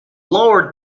lower